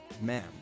Ma'am